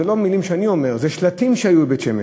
אלה לא מילים שאני אומר, אלה שלטים שהיו בבית-שמש.